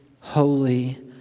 holy